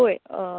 पळय